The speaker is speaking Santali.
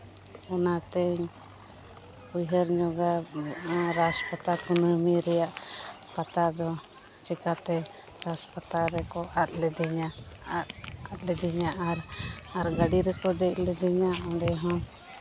ᱚᱱᱟᱛᱤᱧ ᱩᱭᱦᱟᱹᱨ ᱧᱚᱜᱟ ᱨᱟᱥᱯᱟᱛᱟ ᱠᱩᱱᱟᱹᱢᱤ ᱨᱮᱭᱟᱜ ᱠᱟᱛᱷᱟ ᱫᱚ ᱪᱤᱠᱟᱹᱛᱮ ᱨᱟᱥᱯᱟᱛᱟ ᱨᱮᱠᱚ ᱟᱫ ᱞᱤᱫᱤᱧᱟ ᱟᱨ ᱟᱫ ᱞᱤᱫᱤᱧᱟ ᱟᱨ ᱟᱨ ᱜᱟᱹᱰᱤ ᱨᱮᱠᱚ ᱫᱮᱡ ᱞᱤᱫᱤᱧᱟ ᱚᱸᱰᱮ ᱦᱚᱸ